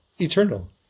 eternal